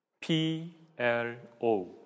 P-L-O